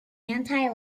anti